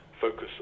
focus